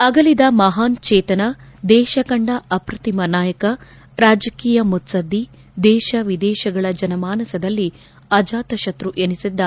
ಅಗಲಿದ ಮಹಾನ್ ಚೇತನ ದೇಶ ಕಂಡ ಅಪ್ರತಿಮ ನಾಯಕ ರಾಜಕೀಯ ಮುತ್ತದ್ಲಿ ದೇಶ ವಿದೇಶಗಳ ಜನ ಮಾನಸದಲ್ಲಿ ಅಜಾತಶತ್ತು ಎನಿಸಿದ್ದ